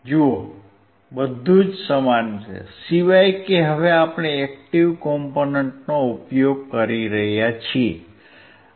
જુઓ બધું જ સમાન છે સિવાય કે હવે આપણે એક્ટીવ કોમ્પોનેંટનો ઉપયોગ કરી રહ્યા છીએ